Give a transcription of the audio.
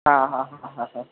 हां हां हां हां हां